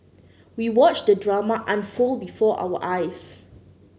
we watched the drama unfold before our eyes